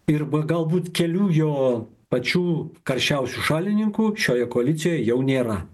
ir galbūt kelių jo pačių karščiausių šalininkų šioje koalicijoj jau nėra